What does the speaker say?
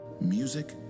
music